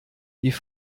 die